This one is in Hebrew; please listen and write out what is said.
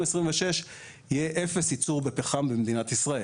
2026 יהיה אפס ייצור בפחם במדינת ישראל.